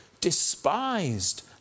despised